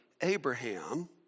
Abraham